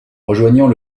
rejoignant